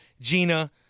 Gina